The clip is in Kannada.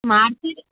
ಮಾಡ್ತಿರಿ